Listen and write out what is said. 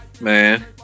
Man